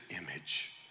image